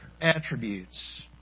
attributes